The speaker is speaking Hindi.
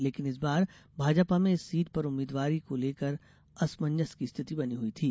लेकिन इस बार भाजपा में इस सीट पर उम्मीदवार को लेकर असमंजस की स्थिति बनी हुई थी